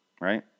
right